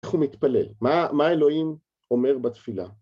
איך הוא מתפלל? מה, מה אלוהים אומר בתפילה?